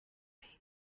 mean